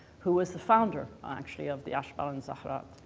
who was the founder actually of the ashbal and zahrat,